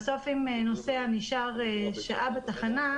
בסוף אם נוסע נשאר שעה בתחנה,